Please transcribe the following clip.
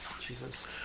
Jesus